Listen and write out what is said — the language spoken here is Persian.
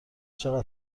چقدر